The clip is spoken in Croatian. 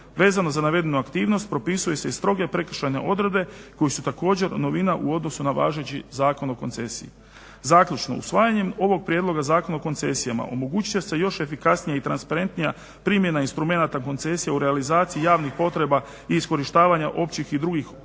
Vezano za navedenu aktivnost propisuju se i stroge prekršajne odredbe koje su također novina u odnosu na važeći Zakon o koncesiji. Zaključno, usvajanjem ovog prijedloga Zakona o koncesijama omogućit će se još efikasnija i transparentnija primjena instrumenata koncesije u realizaciji javnih potreba i iskorištavanja općih i drugih dobara,